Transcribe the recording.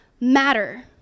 matter